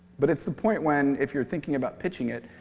but it's the point when, if you're thinking about pitching it,